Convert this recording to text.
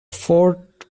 fort